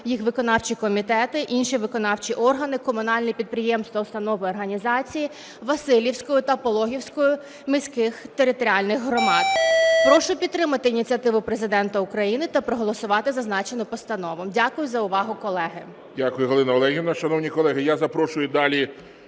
їх виконавчі комітети, інші виконавчі органи, комунальні підприємства, установи, організації Василівської та Пологівської міських територіальних громад. Прошу підтримати ініціативу Президента України та проголосувати зазначену постанову. Дякую за увагу, колеги. ГОЛОВУЮЧИЙ. Дякую, Галина Олегівна. Шановні колеги, я запрошую далі